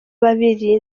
babiri